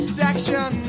section